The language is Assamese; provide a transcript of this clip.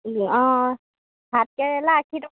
অঁ ভাতকেৰেলা আশী টকা